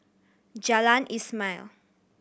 Jalan Ismail